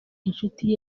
inshuti